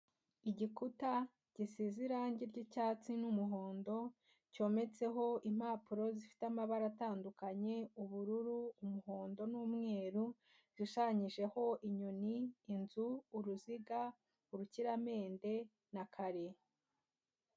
Igikuta gisize irangi ry'icyatsi n'umuhondo, cyometseho impapuro zifite amabara atandukanye, ubururu, umuhondo n'umweru, gishushanyijeho inyoni, inzu, uruziga, urukiramende na kare.